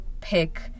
pick